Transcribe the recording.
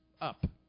up